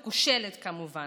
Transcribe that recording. שהן ליגת העל וליגה לאומית.